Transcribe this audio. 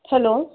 hello